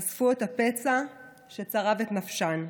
וחשפו את הפצע שצרב את נפשן.